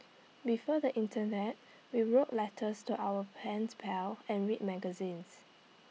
before the Internet we wrote letters to our pens pal and read magazines